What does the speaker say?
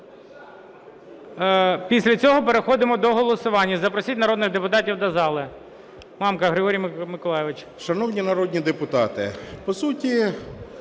Після цього переходимо до голосування. Запросіть народних депутатів до зали.